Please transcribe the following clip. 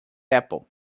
apple